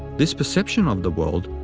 this perception of the world,